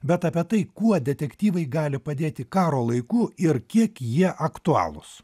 bet apie tai kuo detektyvai gali padėti karo laiku ir kiek jie aktualūs